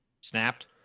Snapped